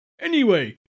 Anyway